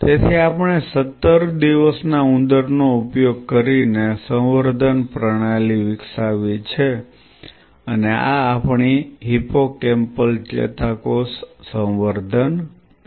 તેથી આપણે 17 દિવસના ઉંદરનો ઉપયોગ કરીને સંવર્ધન પ્રણાલી વિકસાવી છે અને આ આપણી હિપ્પોકેમ્પલ ચેતાકોષ સંવર્ધન છે